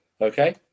Okay